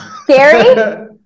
scary